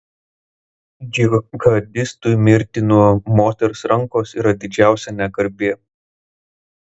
džihadistui mirti nuo moters rankos yra didžiausia negarbė